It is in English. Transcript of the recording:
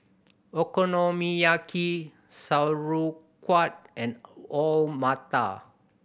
Okonomiyaki Sauerkraut and Alu Matar